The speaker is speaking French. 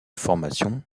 formation